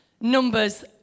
Numbers